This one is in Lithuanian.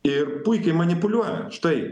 ir puikiai manipuliuoja štai